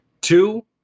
two